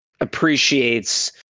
appreciates